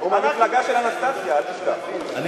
הוא מהמפלגה של אנסטסיה, אל תשכח.